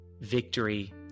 victory